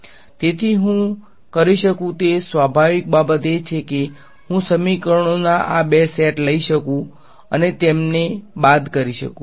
તેથી હું કરી શકું તે સ્વાભાવિક બાબત એ છે કે હું સમીકરણોના આ બે સેટ લઈ શકું અને તેમને બાદ કરી શકું